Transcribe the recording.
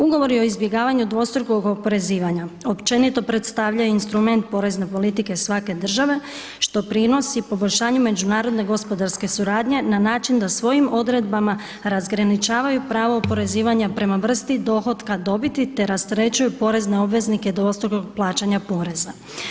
Ugovor o izbjegavanju dvostrukog oporezivanja općenito predstavlja instrument porezne politike svake države što prinosi poboljšanju međunarodne gospodarske suradnje na način da svojim odredbama razgraničavaju pravo oporezivanja prema vrsti dohotka dobiti te rasterećuju porezne obveznike dvostrukog plaćanja poreza.